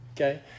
Okay